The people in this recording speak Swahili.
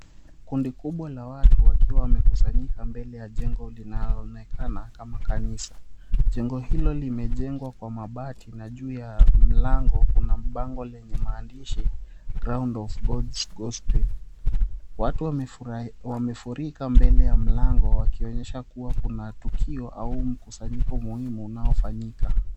Kundi kubwa la watu wakiwa wamekusanyika mbele ya jengo linaloonekana kama kanisa. Jengo hilo limejengwa kwa mabati na juu ya mlango kuna bango lenye maandishi ground of God's gospel. Watu wamefurika mbele ya mlango wakionyesha kuwa kuna tukio au mkusanyiko muhimu unaofanyika.